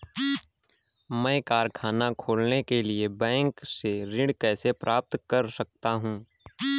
मैं कारखाना खोलने के लिए बैंक से ऋण कैसे प्राप्त कर सकता हूँ?